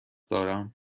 دارم